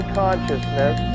consciousness